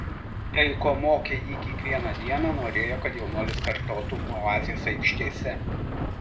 tai ko mokė jį kiekvieną dieną norėjo kad jaunuolis kartotų oazės aikštėse